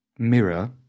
mirror